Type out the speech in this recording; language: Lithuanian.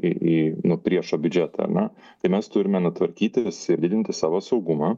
į į nu priešo biudžetą ar ne tai mes turime na tvarkytis ir didinti savo saugumą